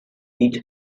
each